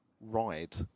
Ride